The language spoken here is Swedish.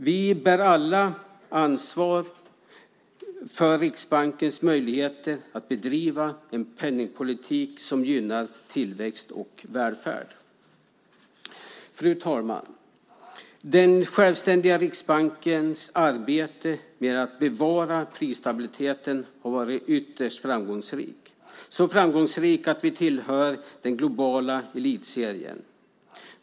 Vi bär alla ansvar för Riksbankens möjligheter att bedriva en penningpolitik som gynnar tillväxt och välfärd. Fru talman! Den självständiga Riksbankens arbete med att bevara prisstabiliteten har varit ytterst framgångsrikt. Det har varit så framgångsrikt att vi tillhör den globala elitserien.